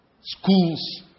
schools